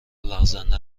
لغزنده